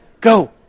go